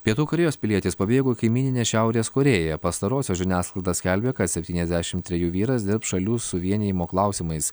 pietų korėjos pilietis pabėgo į kaimyninę šiaurės korėją pastarosios žiniasklaida skelbė kad septyniasdešim trejų vyras dirbs šalių suvienijimo klausimais